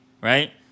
right